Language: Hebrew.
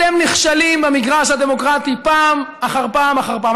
אתם נכשלים במגרש הדמוקרטי פעם אחר פעם אחר פעם.